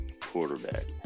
Quarterback